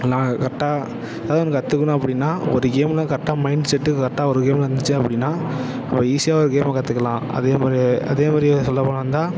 நான் கரெக்டாக அதை நான் கற்றுக்கணும் அப்படின்னா ஒரு கேம்ல கரெக்டாக மைன்செட்டு கரெக்டாக ஒரு கேம்ல இருந்துச்சு அப்படின்னா நம்ம ஈஸியாக ஒரு கேமை கற்றுக்கலாம் அதே மாதிரியே அதே மாதிரி சொல்லப் போனால் வந்தால்